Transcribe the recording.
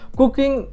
cooking